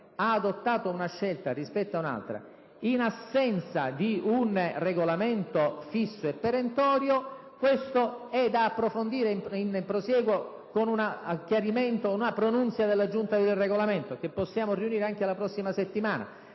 ha adottato una scelta rispetto ad un'altra in assenza di un Regolamento fisso e perentorio, questo è da approfondire nel prosieguo con un chiarimento e una pronuncia della Giunta per il Regolamento, che possiamo riunire anche la prossima settimana.